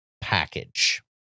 package